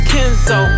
Kenzo